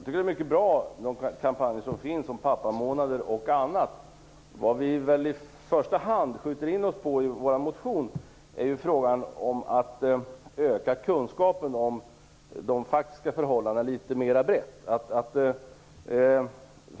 Fru talman! De kampanjer som görs för pappamånad och annat är mycket bra. Vad vi i första hand skjuter in oss på i vår motion är frågan om att öka kunskapen om de faktiska förhållandena litet mera brett.